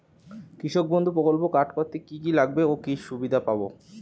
কৃষক বন্ধু প্রকল্প কার্ড করতে কি কি লাগবে ও কি সুবিধা পাব?